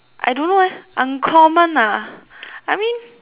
I don't know leh uncommon ah I mean